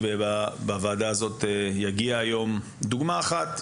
ביקשתי דוגמה אחת,